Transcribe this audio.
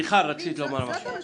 זאת המשמעות.